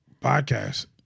podcast